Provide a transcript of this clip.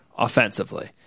offensively